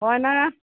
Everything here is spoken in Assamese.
হয়নে